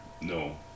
No